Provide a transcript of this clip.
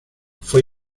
fue